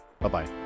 bye-bye